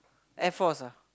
Air Force ah